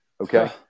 Okay